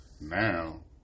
Now